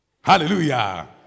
Hallelujah